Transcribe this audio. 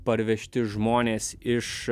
parvežti žmonės iš